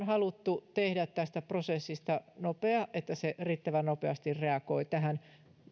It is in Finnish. haluttu tehdä tästä prosessista nopea niin että se riittävän nopeasti reagoi tähän